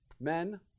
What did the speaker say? men